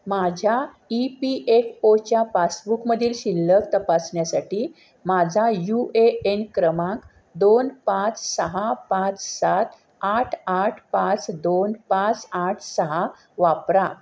माझ्या E P F O च्या पासबुकमधील शिल्लक तपासण्यासाठी माझा यू ए एन क्रमांक दोन पाच सहा पाच सात आठ आठ पाच दोन पाच आठ सहा वापरा